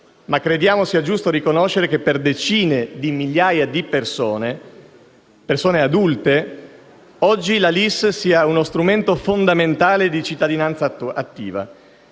ma crediamo sia giusto riconoscere che per decine di migliaia di persone adulte oggi la LIS sia uno strumento fondamentale di cittadinanza attiva